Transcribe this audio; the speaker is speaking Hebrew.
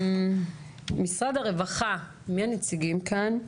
משרד הרווחה, מי הנציגים כאן?